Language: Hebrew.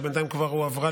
שבינתיים הועברה